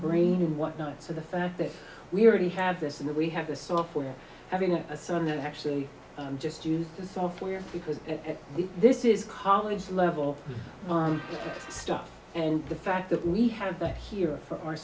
brain and what not so the fact that we already have this and we have the software having a son that actually just use the software because this is college level stuff and the fact that we have that here for our